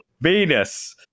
Venus